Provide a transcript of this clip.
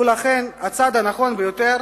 ולכן הצעד הנכון ביותר